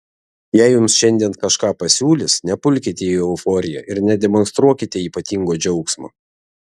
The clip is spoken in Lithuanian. jei jums šiandien kažką pasiūlys nepulkite į euforiją ir nedemonstruokite ypatingo džiaugsmo